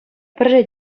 пӗрре